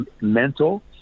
mental